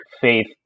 faith